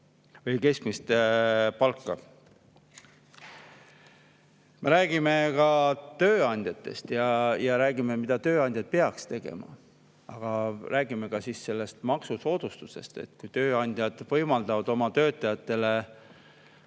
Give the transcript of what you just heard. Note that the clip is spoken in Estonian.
alla keskmist palka. Me räägime ka tööandjatest ja räägime, mida tööandjad peaksid tegema. Aga räägime siis ka sellest maksusoodustusest. Kui tööandjad võimaldavad oma töötajatele